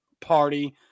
Party